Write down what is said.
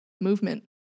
movement